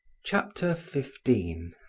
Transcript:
chapter fifteen